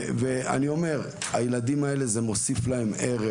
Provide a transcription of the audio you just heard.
אז אני אומר שהדבר הזה מוסיף לילדים ערך,